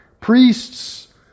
priests